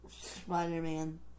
Spider-Man